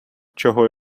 чого